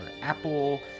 Apple